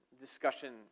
discussion